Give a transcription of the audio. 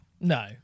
No